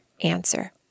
answer